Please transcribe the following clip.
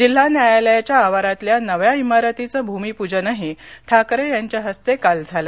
जिल्हा न्यायालयांच्या आवारातल्या नव्या इमारतीचं भूमिपजनही ठाकरे यांच्या हस्ते काल झालं